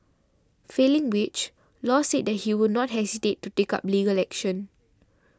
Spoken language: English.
failing which Law said that he would not hesitate to take up legal action